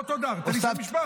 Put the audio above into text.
לא תודה, תן לי לסיים משפט.